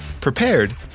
prepared